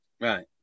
Right